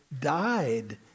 died